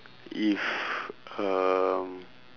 if um